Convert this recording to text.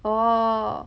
orh